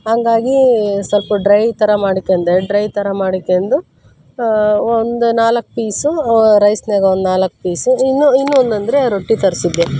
ಹಂಗಾಗಿ ಸ್ವಲ್ಪ ಡ್ರೈ ಥರ ಮಾಡಿಕಂಡ್ರೆ ಡ್ರೈ ಥರ ಮಾಡಿಕ್ಯಂಡು ಒಂದು ನಾಲ್ಕು ಪೀಸು ರೈಸ್ನ್ಯಾಗ ಒಂದು ನಾಲ್ಕು ಪೀಸು ಇನ್ನೂ ಇನ್ನೂ ಒಂದಂದರೆ ರೊಟ್ಟಿ ತರಿಸಿದ್ದೆ